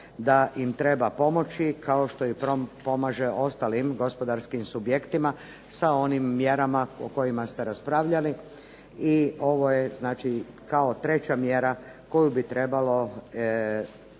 da im treba pomoći kao što pomaže ostalim gospodarskim subjektima sa onim mjerama o kojima ste raspravljali. I ovo je znači kao treća mjera koju bi trebalo